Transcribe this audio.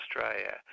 Australia